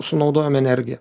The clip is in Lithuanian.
sunaudojam energiją